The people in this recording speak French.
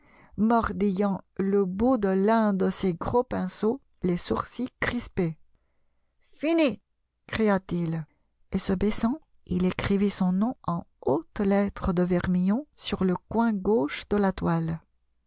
mordillant le bout de l'un de ses gros pinceaux les sourcils crispés fini cria-t-il et se baissant il écrivit son nom en hautes lettres de vermillon sur le coin gauche de la toile